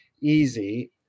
easy